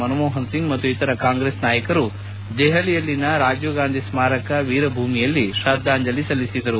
ಮನಮೋಹನ್ ಸಿಂಗ್ ಮತ್ತು ಇತರ ಕಾಂಗ್ರೆಸ್ ನಾಯಕರು ದೆಹಲಿಯಲ್ಲಿರುವ ರಾಜೀವ್ ಗಾಂಧಿ ಸ್ತಾರಕ ವೀರ್ಭೂಮಿಯಲ್ಲಿ ಶ್ರದ್ದಾಂಜಲಿ ಸಲ್ಲಿಸಿದರು